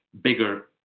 bigger